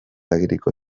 agiriko